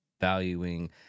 valuing